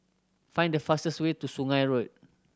find the fastest way to Sungei Road